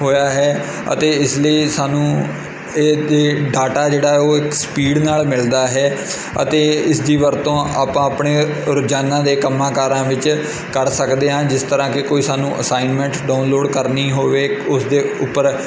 ਹੋਇਆ ਹੈ ਅਤੇ ਇਸ ਲਈ ਸਾਨੂੰ ਇਹ ਅਤੇ ਡਾਟਾ ਜਿਹੜਾ ਉਹ ਇੱਕ ਸਪੀਡ ਨਾਲ ਮਿਲਦਾ ਹੈ ਅਤੇ ਇਸ ਦੀ ਵਰਤੋਂ ਆਪਾਂ ਆਪਣੇ ਰੋਜ਼ਾਨਾ ਦੇ ਕੰਮਾਂਕਾਰਾਂ ਵਿੱਚ ਕਰ ਸਕਦੇ ਹਾਂ ਜਿਸ ਤਰ੍ਹਾਂ ਕਿ ਕੋਈ ਸਾਨੂੰ ਅਸਾਈਨਮੈਂਟ ਡਾਊਨਲੋਡ ਕਰਨੀ ਹੋਵੇ ਉਸ ਦੇ ਉੱਪਰ